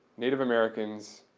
native americans,